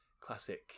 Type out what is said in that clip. classic